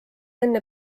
enne